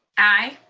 aye.